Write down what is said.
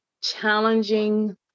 challenging